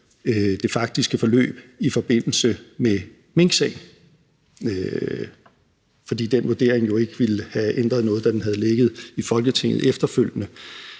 det faktiske forløb i forbindelse med minksagen, fordi den vurdering ikke ville have ændret noget, da den havde ligget i Folketinget efterfølgende.